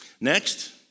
Next